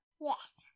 Yes